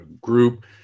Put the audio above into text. group